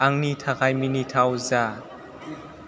आंनि थाखाय मिनिथाव जा